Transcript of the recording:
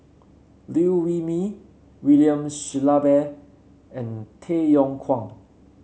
Liew Wee Mee William Shellabear and Tay Yong Kwang